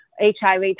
HIV